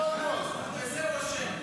בזה הוא אשם.